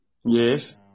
Yes